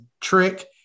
trick